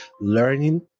learning